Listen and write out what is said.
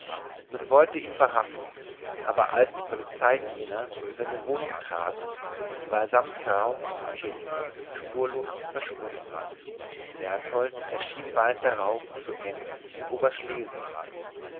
man wollte ihn verhaften als aber die polizeidiener in seine wohnung traten war er samt frau und kind spurlos verschwunden berthold erschien bald darauf zu n in oberschlesien